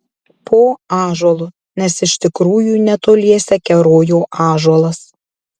po ąžuolu nes iš tikrųjų netoliese kerojo ąžuolas